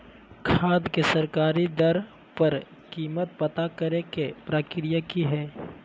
खाद के सरकारी दर पर कीमत पता करे के प्रक्रिया की हय?